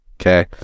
okay